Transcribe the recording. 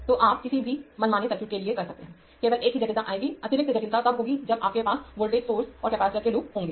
तो आप इसे किसी भी मनमाने सर्किट के लिए कर सकते हैं केवल एक ही जटिलता आएगी अतिरिक्त जटिलता तब होगी जब आपके पास वोल्टेज सोर्सेज और कैपेसिटर के लूप होंगे